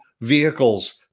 vehicles